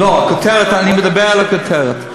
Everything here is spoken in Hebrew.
לא, אני מדבר על הכותרת.